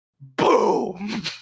boom